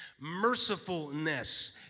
mercifulness